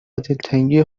دلتنگی